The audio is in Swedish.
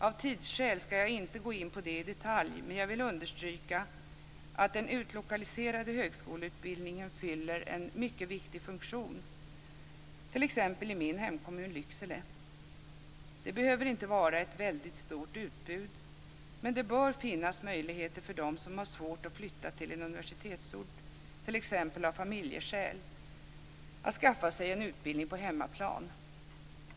Av tidsskäl ska jag inte gå in på det i detalj, men jag vill understryka att den utlokaliserade högskoleutbildningen fyller en mycket viktig funktion t.ex. i min hemkommun Lycksele. Det behöver inte vara ett väldigt stort utbud, men det bör finnas möjligheter för dem som har svårt att flytta till en universitetsort, t.ex. av familjeskäl, att skaffa sig en utbildning på hemmaplan.